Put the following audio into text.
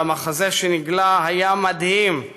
והמחזה שנגלה היה מדהים,